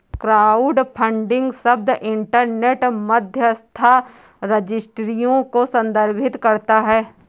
crowdfunding शब्द internet मध्यस्थता रजिस्ट्रियों को संदर्भित करता है